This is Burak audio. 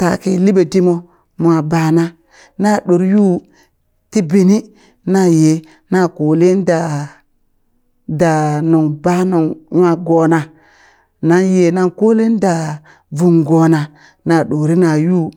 taki liɓe dimo mwa bana na ɗor yu ti bini na yee na kole daa daa nung ɓa nung nwa gona nanye na kolen da vung gona na ɗorena yuu